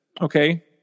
Okay